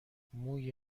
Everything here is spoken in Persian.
موی